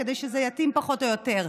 כדי שזה יתאים פחות או יותר.